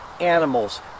animals